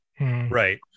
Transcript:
Right